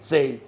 Say